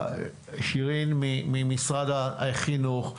שירין ממשרד החינוך,